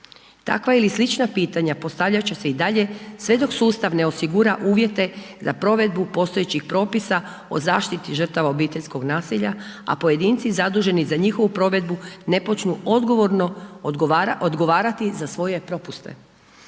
Takva i slična pitanja postavljat će se i dalje sve dok sustav ne osigura uvjete za provedbu postojećih propisa o zaštiti žrtava obiteljskog nasilja, a pojedinci zaduženi za njihovu provedbu ne počnu odgovorno odgovarati za svoje propuste.